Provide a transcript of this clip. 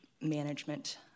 management